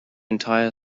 entire